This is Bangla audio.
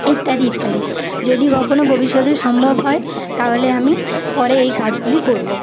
ইত্যাদি ইত্যাদি যদি কখনও ভবিষ্যতে সম্ভব হয় তাহলে আমি পরে এই কাজগুলি করব